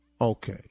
Okay